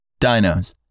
dinos